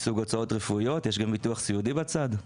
מסוג הוצאות רפואיות, יש גם ביטוח סיעודי בצד.